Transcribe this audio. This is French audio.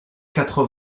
quatre